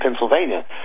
Pennsylvania